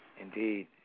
Indeed